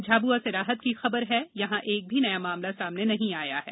झाबुआ से राहत की खबर है कि यहां एक भी नया मामला सामने नहीं आया है